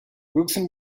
wilson